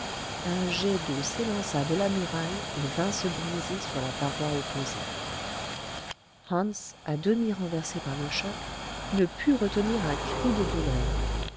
un jet d'eau s'élança de la muraille et vint se briser sur la paroi opposée hans à demi renversé par le choc ne put retenir un cri de douleur